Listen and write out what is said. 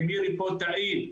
ומירי פה תעיד,